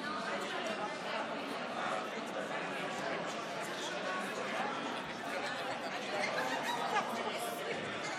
שלוש דקות.